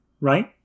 right